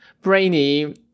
Brainy